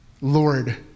Lord